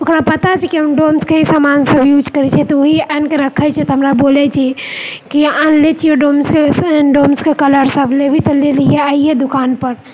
ओकरा पता छै कि हम डोम्सके ही सामान सब यूज करैत छिऐ तऽ ओएह आनिके रखैत छै तऽ हमरा बोलैत छऐ कि आनले छियौ डोम्स डोम्सके कलरसभ लेबही तऽ लए लिहे अइहँ दोकानपर